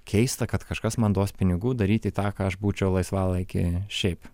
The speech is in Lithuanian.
keista kad kažkas man duos pinigų daryti tą ką aš būčiau laisvalaikį šiaip